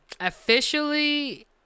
officially